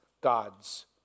God's